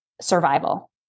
survival